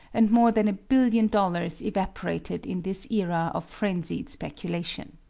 and more than a billion dollars evaporated in this era of frenzied speculation.